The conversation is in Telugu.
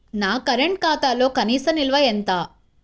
నా కరెంట్ ఖాతాలో కనీస నిల్వ ఎంత?